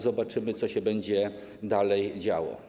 Zobaczymy, co się będzie dalej działo.